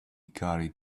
carried